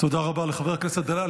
תודה רבה לחבר הכנסת דלל.